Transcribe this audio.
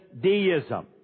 deism